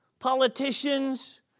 politicians